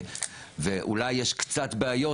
ואולי יש קצת בעיות,